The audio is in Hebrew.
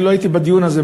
לא הייתי בדיון הזה,